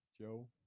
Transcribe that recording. Joe